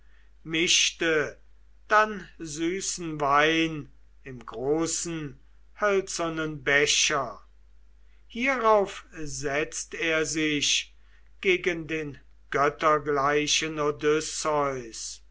mischte dann süßen wein im großen hölzernen becher hierauf setzt er sich gegen den göttergleichen